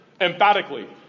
emphatically